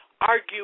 argue